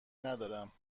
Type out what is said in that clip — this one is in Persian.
ندارم